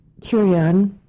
Tyrion